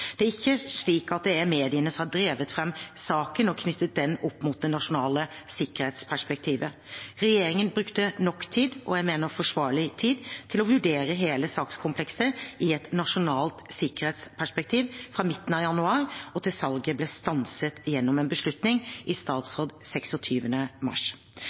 Det er ikke slik at det er mediene som har drevet fram saken og knyttet den opp mot det nasjonale sikkerhetsperspektivet. Regjeringen brukte nok tid, og forsvarlig tid, til å vurdere hele sakskomplekset i et nasjonalt sikkerhetsperspektiv fra midten av januar og til salget ble stanset gjennom en beslutning i statsråd 26. mars.